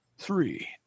Three